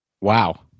Wow